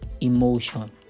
emotion